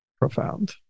profound